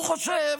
הוא חושב